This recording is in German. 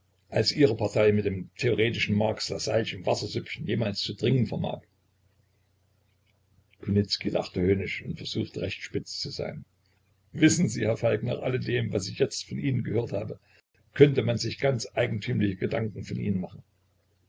als ihre partei mit den theoretischen marx lassalleschen wassersüppchen jemals zu dringen vermag kunicki lachte höhnisch und versuchte recht spitz zu sein wissen sie herr falk nach alledem was ich jetzt von ihnen gehört habe könnte man sich ganz eigentümliche gedanken von ihnen machen